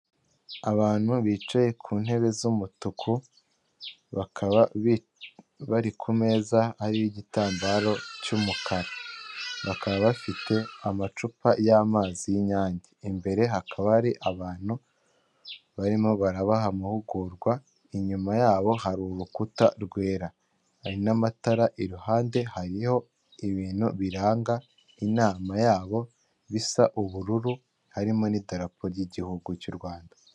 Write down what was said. Abantu bicaye ku ntebe z'umutuku bakaba bari ku meza ariho igitambaro cy'umukara bakaba bafite amacupa y'amazi y'inyange, imbere hakaba hari abantu barimo barabaha amahugurwa, inyuma yabo hari urukuta rwera hari n'amatara iruhande hariho ibintu biranga inama yabo bisa ubururu harimo n'idarapo ry'igihugu cy'u Rwanda.